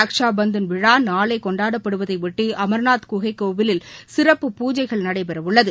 ரக்ஷாபந்தன் விழா நாளை கொண்டாடப்படுவதை ஒட்டி அமர்நாத் குகை கோவிலில் சிறப்பு பூஜைகள் நடைபெற உள்ளது